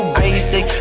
basic